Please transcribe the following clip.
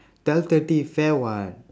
twelve thirty fair [what]